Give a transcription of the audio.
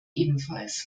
ebenfalls